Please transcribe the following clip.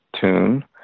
tune